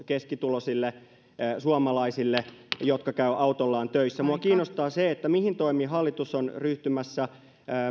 keskituloisille suomalaisille jotka käyvät autollaan töissä minua kiinnostaa se mihin toimiin hallitus on ryhtymässä